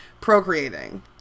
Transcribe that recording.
procreating